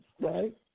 right